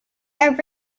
are